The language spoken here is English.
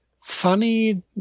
funny